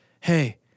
hey